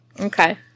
Okay